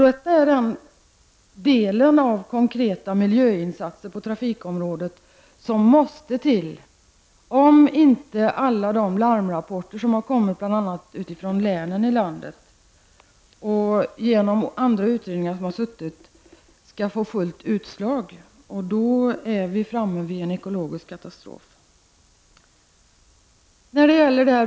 Detta är den del av konkreta miljöinsatser på trafikområdet som måste till om inte det som påpekas i många larmrapporter som kommer från länen i landet och i utredningar som har suttit skall få fullt genomslag, för då är vi framme vid en ekologisk katastrof.